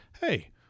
hey